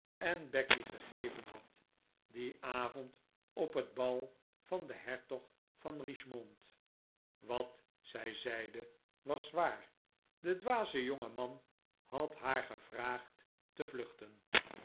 en becky gegeven had dien avond op het bal van den hertog van richmond wat zij zeide was waar de dwaze jonge man had haar gevraagd te vluchten